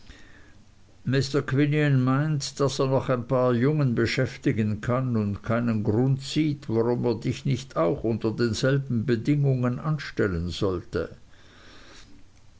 meint daß er noch ein paar jungen beschäftigen kann und keinen grund sieht warum er dich nicht auch unter denselben bedingungen anstellen sollte